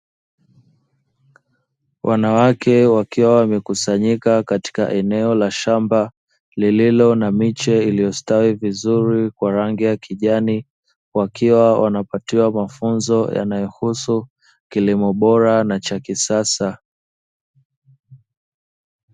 Wanawake wakiwa wamekusanyika katika eneo la shamba lililo na miche iliyostawi vizuri kwa rangi ya kijani, wakiwa wanapatiwa mafunzo yanayohusu kilimo bora na cha kisasa.